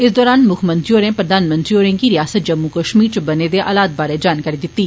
इस दौरान मुक्खमंत्री होरें प्रधानमंत्री होरे गी रिआसत जम्मू कष्मीर च बने दे हालात बारै जानकारी दित्ती